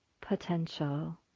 potential